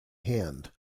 hand